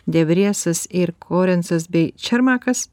devriesas ir korencas bei čermakas